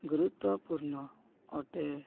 ଗୁରୁତ୍ୱପୂର୍ଣ୍ଣ ଅଟେ